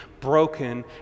broken